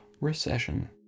recession